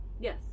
Yes